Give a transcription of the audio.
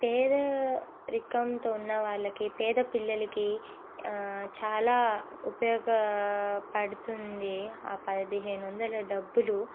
పేదరికంతో ఉన్నవాళ్ళకి పేద పిల్లలకి చాలా ఉపయోగపడుతుంది ఆ పదిహేను వందల డబ్బులు